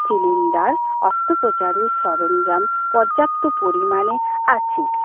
cylinder অস্ত প্রচারের সরঞ্জাম পর্যাপ্ত পরিমাণে আছে